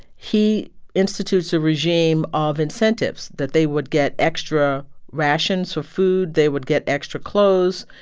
he institutes a regime of incentives, that they would get extra rations for food, they would get extra clothes,